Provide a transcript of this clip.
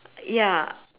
ya